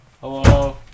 Hello